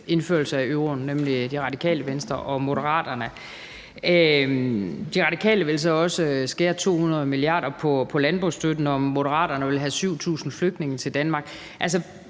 indførelse af euroen, nemlig Radikale Venstre og Moderaterne. De Radikale vil så også skære 200 mia. kr. på landbrugsstøtten, og Moderaterne vil have 7.000 flygtninge til Danmark.